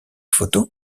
photos